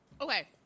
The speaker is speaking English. Okay